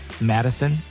Madison